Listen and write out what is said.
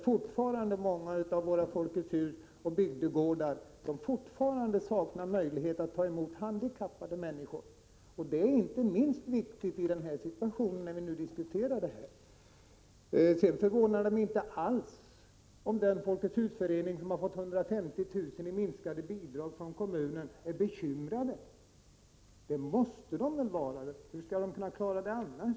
Fortfarande är det många av våra Folkets hus och bygdegårdar som saknar möjlighet att ta emot handikappade människor. Detta är inte minst viktigt, när vi nu diskuterar situationen. Vidare förvånar det mig inte alls om den Folkets hus-förening som har fått med 150 000 kr. minskade bidrag från kommunen är bekymrad. Det måste man väl vara — hur skulle man klara det annars?